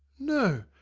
no,